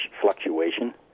fluctuation